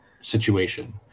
situation